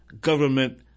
government